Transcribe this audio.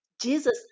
Jesus